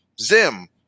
Zim